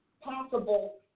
possible